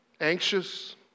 anxious